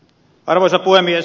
arvoisa puhemies